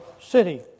city